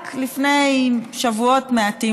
רק לפני שבועות מעטים,